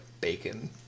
bacon